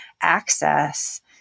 access